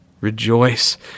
rejoice